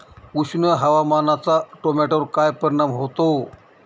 उष्ण हवामानाचा टोमॅटोवर काय परिणाम होतो?